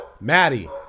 Maddie